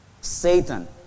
Satan